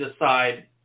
decide